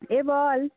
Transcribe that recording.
এ বল